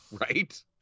Right